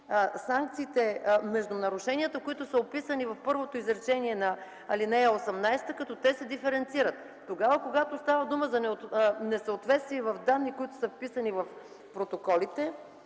разграничение между нарушенията, които са описани в първото изречение на ал. 18, като се диференцират. Когато става дума за несъответствие в данни, които са вписани в протоколите,